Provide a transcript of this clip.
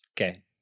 Okay